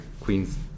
queens